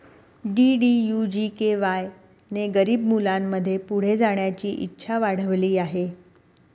DDU GKY ने गरीब मुलांमध्ये पुढे जाण्याची इच्छा वाढविली आहे